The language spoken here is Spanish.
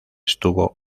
estuvo